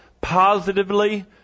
Positively